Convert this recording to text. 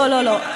לא, לא, לא.